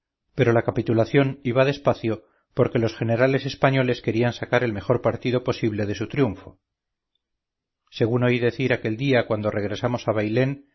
pero la capitulación iba despacio porque los generales españoles querían sacar el mejor partido posible de su triunfo según oí decir aquel día cuando regresamos a bailén